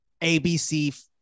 ABC